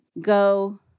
go